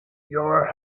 your